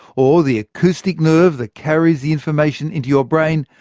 or the acoustic nerve that carries the information into your brain,